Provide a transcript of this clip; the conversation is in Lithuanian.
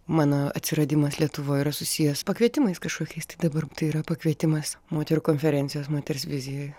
mano atsiradimas lietuvoj yra susijęs su pakvietimais kažkokiais tai dabar tai yra pakvietimas moterų konferencijos moters vizijoj